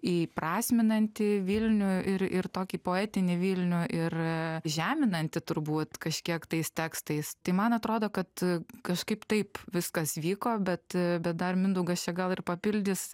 įprasminanti vilnių ir ir tokį poetinį vilnių ir žeminantį turbūt kažkiek tais tekstais tai man atrodo kad kažkaip taip viskas vyko bet dar mindaugas gal ir papildys